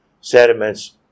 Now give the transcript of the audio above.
sediments